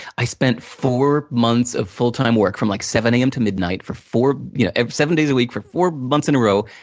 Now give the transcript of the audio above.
i spent four months of fulltime work, from like seven zero am to midnight, for four you know ah seven days a week, for four months in a row,